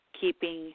keeping